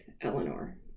Eleanor